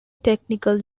technical